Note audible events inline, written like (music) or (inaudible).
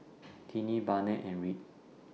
(noise) Tiney Barnett and Rick